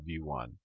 v1